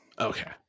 Okay